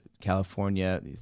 California